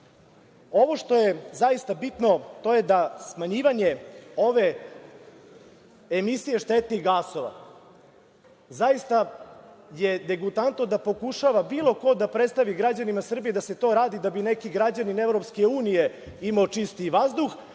što je zaista bitno, to je da smanjivanje ove emisije štetnih gasova zaista je degutantno da pokušava bilo ko da predstavi građanima Srbije da se to radi da bi neki građanin EU imao čistiji vazduh,